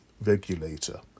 regulator